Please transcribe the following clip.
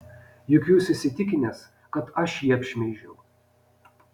juk jūs įsitikinęs kad aš jį apšmeižiau